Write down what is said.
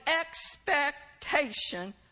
expectation